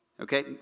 Okay